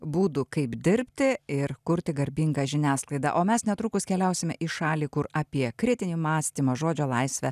būdų kaip dirbti ir kurti garbingą žiniasklaidą o mes netrukus keliausime į šalį kur apie kritinį mąstymą žodžio laisvę